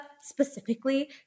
specifically